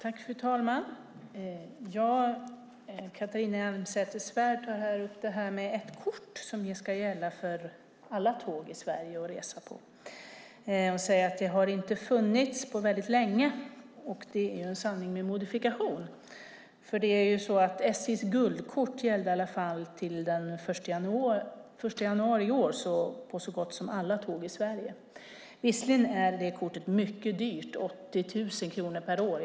Fru talman! Catharina Elmsäter-Svärd tar upp det här med ett kort som ska gälla för resor med alla tåg i Sverige och säger att det inte har funnits något sådant på väldigt länge. Det är en sanning med modifikation. SJ:s guldkort gällde i alla fall fram till den 1 januari i år på så gott som alla tåg i Sverige. Visserligen är det kortet mycket dyrt, 80 000 kronor per år.